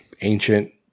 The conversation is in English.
ancient